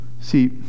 See